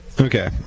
Okay